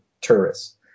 tourists